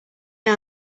now